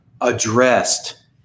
addressed